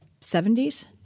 70s